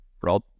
broad